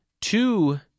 two